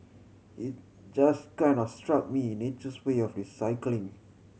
it just kind of struck me nature's way of recycling